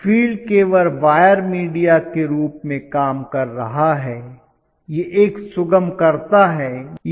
field केवल wire media के रूप में काम कर रहा है यह एक सुगमकर्ता है